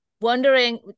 wondering